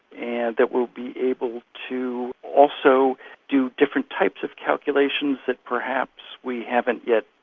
and that we'll be able to also do different types of calculations that perhaps we haven't yet,